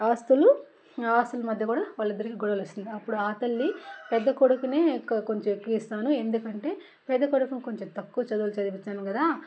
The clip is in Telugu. ఆస్తులు ఆస్తుల మధ్య కూడా వాళ్ళిద్దరికి గొడవలు వస్తుంటాయి అప్పుడు ఆ తల్లి పెద్ద కొడుకుకే కొంచెం ఎక్కువ ఇస్తాను ఎందుకంటే పెద్ద కొడుకు కొంచెం తక్కువ చదువులు చదివించాను కదా